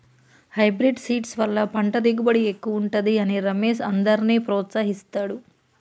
hybrid seeds వల్ల పంట దిగుబడి ఎక్కువుంటది అని రమేష్ అందర్నీ ప్రోత్సహిస్తాడు